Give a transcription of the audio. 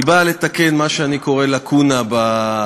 היא באה לתקן מה שאני קורא לקונה בחקיקה.